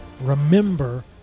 Remember